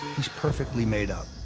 he's perfectly made up.